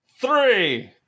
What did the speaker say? three